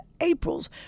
April's